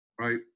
Right